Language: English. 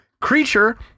creature